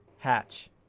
Hatch